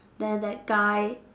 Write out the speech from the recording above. then that guy